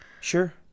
Sure